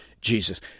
jesus